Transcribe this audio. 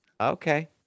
Okay